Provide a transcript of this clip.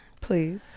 Please